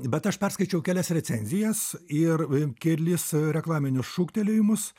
bet aš perskaičiau kelias recenzijas ir kelis reklaminius šūktelėjimus